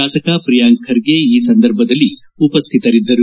ಶಾಸಕ ಪ್ರಿಯಾಂಕ್ ಖರ್ಗೆ ಈ ಸಂದರ್ಭದಲ್ಲಿ ಉಪಸ್ವಿತರಿದ್ದರು